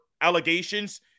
allegations